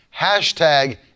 hashtag